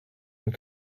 and